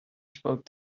spoke